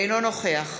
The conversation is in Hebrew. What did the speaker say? אינו נוכח